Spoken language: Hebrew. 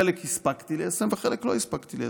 חלק הספקתי ליישם וחלק לא הספקתי ליישם.